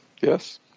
Yes